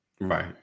Right